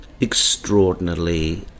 extraordinarily